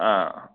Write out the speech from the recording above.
ꯑꯥ